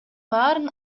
баарын